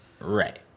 right